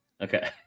Okay